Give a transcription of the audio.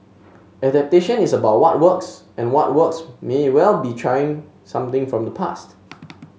adaptation is about what works and what works may well be trying something from the past